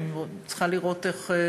אני עוד צריכה לראות איך,